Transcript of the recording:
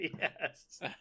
yes